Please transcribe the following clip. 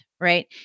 right